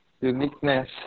uniqueness